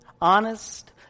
honest